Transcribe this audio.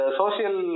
social